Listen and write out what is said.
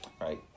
right